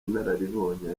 inararibonye